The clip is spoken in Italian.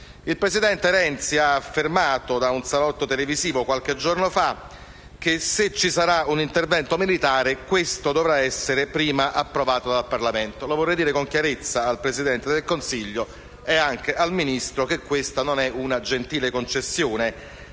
Il presidente Renzi ha affermato qualche giorno fa, da un salotto televisivo, che se ci sarà un intervento militare, esso dovrà essere prima approvato dal Parlamento. Vorrei dire con chiarezza al Presidente del Consiglio e anche al Ministro che questa non è una gentile concessione,